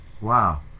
Wow